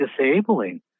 disabling